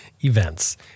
events